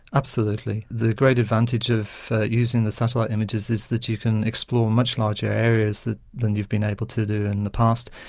absolutely. the great advantage of using the satellite images is that you can explore much larger areas than than you've been able to do in the past.